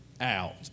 out